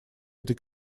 этой